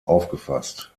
aufgefasst